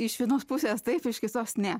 iš vienos pusės taip iš kitos ne